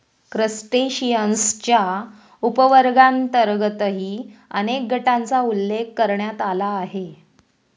क्रस्टेशियन्सच्या उपवर्गांतर्गतही अनेक गटांचा उल्लेख करण्यात आला आहे